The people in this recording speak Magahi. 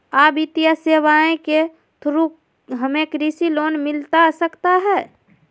आ वित्तीय सेवाएं के थ्रू हमें कृषि लोन मिलता सकता है?